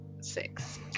six